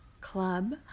Club